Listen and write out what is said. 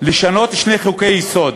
לשנות שני חוקי-יסוד.